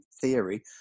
theory